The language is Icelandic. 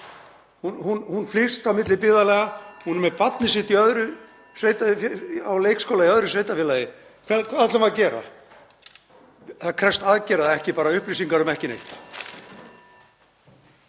Hún flyst á milli byggðarlaga, hún er með barnið sitt á leikskóla í öðru sveitarfélagi. Hvað ætlum við að gera? Það krefst aðgerða, ekki bara upplýsinga um ekki neitt.